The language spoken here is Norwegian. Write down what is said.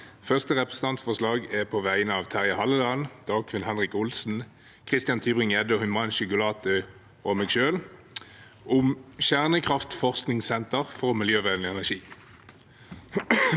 Første representantforslag er på vegne av Terje Halleland, Dagfinn Henrik Olsen, Christian Tybring-Gjedde, Himanshu Gulati og meg selv om kjernekraftforskningssenter for miljøvennlig energi.